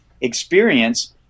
experience